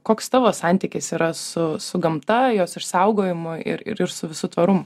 koks tavo santykis yra su su gamta jos išsaugojimu ir ir su visu tvarumu